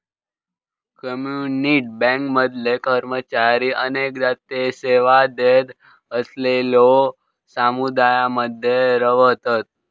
community bank मधले कर्मचारी अनेकदा ते सेवा देत असलेलल्यो समुदायांमध्ये रव्हतत